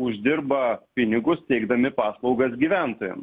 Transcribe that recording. uždirba pinigus teikdami paslaugas gyventojams